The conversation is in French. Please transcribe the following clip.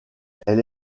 elle